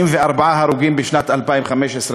54 הרוגים בשנת 2015,